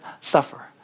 suffer